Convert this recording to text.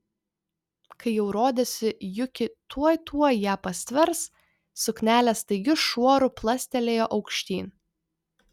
kai jau rodėsi juki tuoj tuoj ją pastvers suknelė staigiu šuoru plastelėjo aukštyn